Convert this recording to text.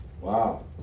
Wow